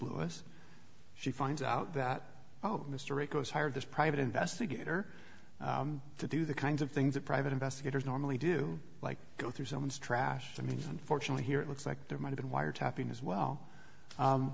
lois she finds out that oh mr eco's hired this private investigator to do the kinds of things that private investigators normally do like go through someone's trash i mean unfortunately here it looks like there might even wiretapping as well